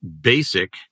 Basic